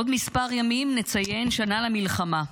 בעוד כמה ימים נציין שנה למלחמה,